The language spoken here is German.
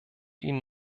ihnen